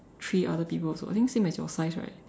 three other people also I think same as your size right